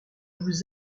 vous